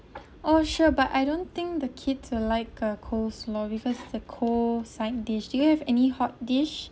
oh sure but I don't think the kids uh like uh coleslaw because the cold side do you have any hot dish